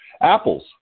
Apples